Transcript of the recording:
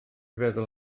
feddwl